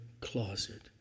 closet